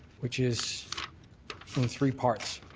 which is in three parts.